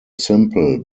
simple